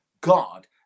God